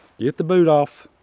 get the boot off